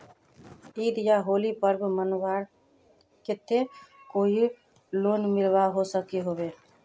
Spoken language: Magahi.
ईद या होली पर्व मनवार केते कोई लोन मिलवा सकोहो होबे?